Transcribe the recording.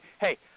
Hey